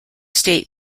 state